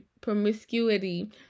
promiscuity